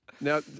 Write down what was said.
Now